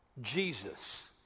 Jesus